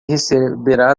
receberá